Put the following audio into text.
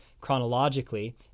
chronologically